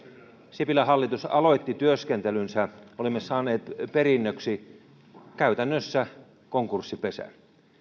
sipilän hallitus aloitti työskentelynsä olimme saaneet perinnöksi käytännössä konkurssipesän